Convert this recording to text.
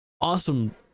awesome